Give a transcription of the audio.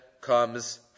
comes